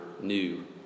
new